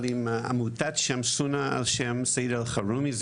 אלא גם עם עמותת Shamsuna על שם סעיד אל חרומי,